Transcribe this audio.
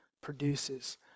produces